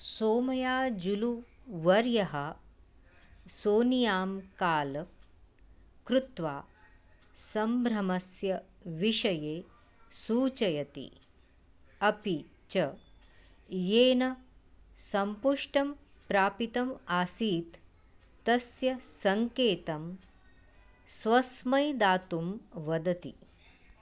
सोमयाजुलुवर्यः सोनियां काल् कृत्वा सम्भ्रमस्य विषये सूचयति अपि च येन सम्पुष्टं प्रापितम् आसीत् तस्य सङ्केतं स्वस्मै दातुं वदति